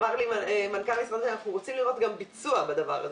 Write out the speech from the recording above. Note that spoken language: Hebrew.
אמר לי מנכ"ל המשרד: אנחנו רוצים לראות גם ביצוע בדבר הזה.